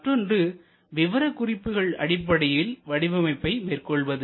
மற்றொன்று விவரக்குறிப்புகள் அடிப்படையில் வடிவமைப்பை மேற்கொள்வது